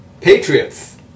Patriots